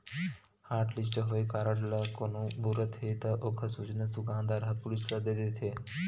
hotlist होए card ल कोनो बउरत हे त ओखर सूचना दुकानदार ह पुलिस ल दे देथे